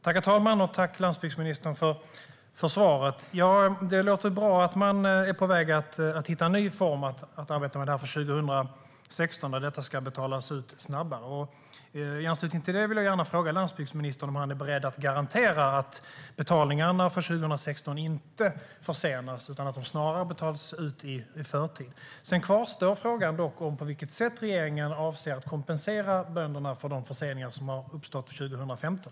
Herr talman! Tack, landsbygdsministern, för svaret! Det låter bra att man är på väg att hitta en ny form att arbeta med det här för 2016, då detta ska betalas ut snabbare. I anslutning till det vill jag fråga landsbygdsministern om han är beredd att garantera att betalningarna för 2016 inte försenas, utan att de snarare betalas ut i förtid. Sedan kvarstår dock frågan på vilket sätt regeringen avser att kompensera bönderna för de förseningar som har uppstått för 2015.